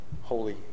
holy